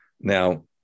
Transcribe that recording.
Now